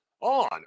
on